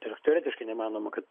tai yra teoretiškai neįmanoma kad